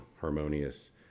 harmonious